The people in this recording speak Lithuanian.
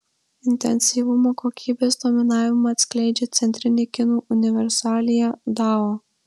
intensyvumo kokybės dominavimą atskleidžia centrinė kinų universalija dao